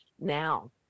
now